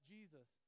Jesus